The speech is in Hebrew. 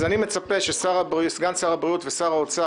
אני מצפה שסגן שר הבריאות ושר האוצר